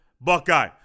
Buckeye